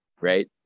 right